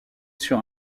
sur